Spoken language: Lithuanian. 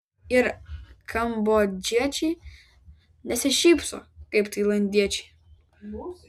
ir kambodžiečiai nesišypso kaip tailandiečiai